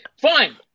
Fine